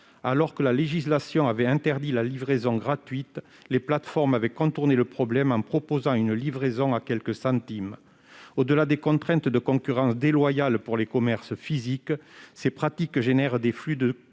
Lorsque le législateur a interdit la livraison gratuite, les plateformes ont contourné le problème en proposant une livraison à quelques centimes. Au-delà des contraintes de concurrence déloyale qu'elles créent pour les commerces physiques, ces pratiques suscitent des flux de